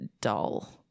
dull